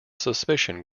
suspicion